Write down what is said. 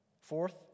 Fourth